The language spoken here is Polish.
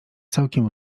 całkiem